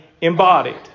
embodied